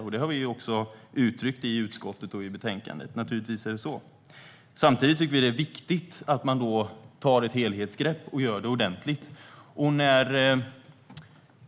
Det har vi naturligtvis också uttryckt i utskottet och i betänkandet. Samtidigt är det viktigt att ta ett ordentligt helhetsgrepp.